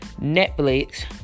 Netflix